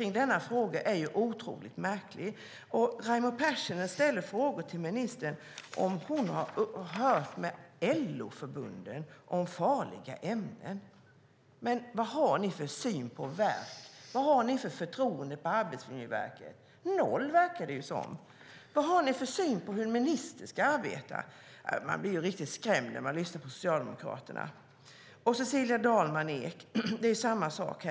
i denna fråga är otroligt märklig, och Raimo Pärssinen ställer frågor till ministern om hon har hört med LO-förbunden om farliga ämnen. Vad har ni för syn på världen? Vad har ni för förtroende för Arbetsmiljöverket? Det verkar vara noll. Vad har ni för syn på hur en minister ska arbeta? Man blir ju riktigt skrämd när man lyssnar på Socialdemokraterna. Det är samma sak med Cecilia Dalman Eek.